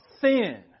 sin